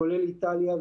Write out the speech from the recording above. כולל איטליה,